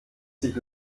sich